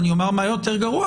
אני גם אומר מה יותר גרוע.